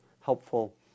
helpful